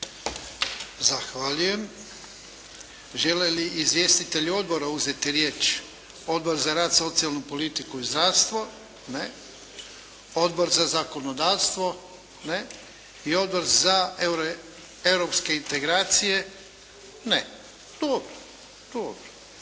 Zahvaljujem. Žele li izvjestitelji odbora uzeti riječ? Odbor za rad, socijalnu politiku i zdravstvo? Ne. Odbor za zakonodavstvo? Ne. I Odbor za europske integracije? Ne. Dobro. Otvaram